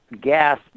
gas